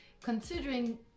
considering